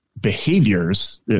behaviors